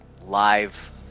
live